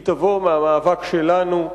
היא תבוא מהמאבק שלנו,